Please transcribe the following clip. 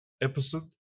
episode